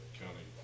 county